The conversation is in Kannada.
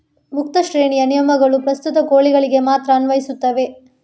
ಮುಕ್ತ ಶ್ರೇಣಿಯ ನಿಯಮಗಳು ಪ್ರಸ್ತುತ ಕೋಳಿಗಳಿಗೆ ಮಾತ್ರ ಅನ್ವಯಿಸುತ್ತವೆ